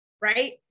right